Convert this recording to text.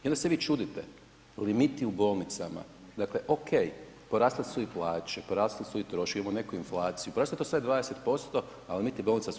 I onda se vi čudite, limiti u bolnicama, dakle OK, porasle su i plaće, porasli su i troškovi, imamo neku inflaciju, poraslo je to sve 20% a limiti bolnica su 4%